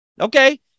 Okay